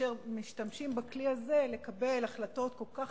כאשר משתמשים בכלי הזה לקבל החלטות כל כך